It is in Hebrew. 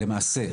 למעשה,